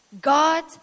God